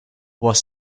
was